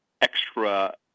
extra